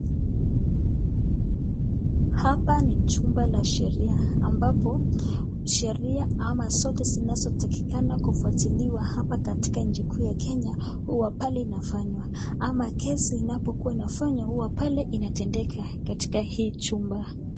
Hapa ni chumba la sheria, ambapo sheria ama zote zinazotakikana kufuatiliwa hapa katika nchi kuu ya Kenya huwa pale inafanywa, ama kesi inapofanywa pale huwa inatendeka katika hili nyumba.